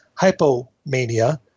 hypomania